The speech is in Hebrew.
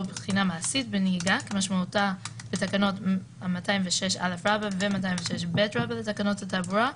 בחינה מעשית בנהיגה כמשמעותה בתקנות 206א ו-206ב לתקנות התעבורה,